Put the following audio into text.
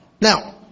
Now